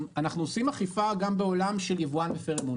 אנחנו עושים אכיפה גם בעולם של יבואן מפר אמון,